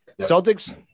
Celtics